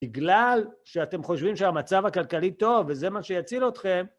בגלל שאתם חושבים שהמצב הכלכלי טוב, וזה מה שיציל אתכם,